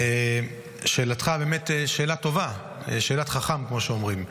שאלתך היא שאלה טובה, שאלת חכם, כמו שאומרים.